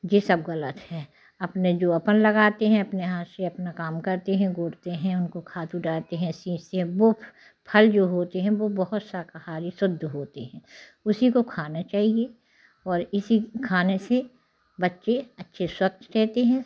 जे सब गलत है अपने जो अपन लगते हैं अपने हाथ से अपना काम करते हैं बोते हैं उनको खाद डालते हैं ऐसे ऐसे वो फल जो होते हैं बहुत शाकाहारी शुद्ध होते हैं उसी को खाना चाहिए और इसी खाने से बच्चे अच्छे स्वस्थ रहते हैं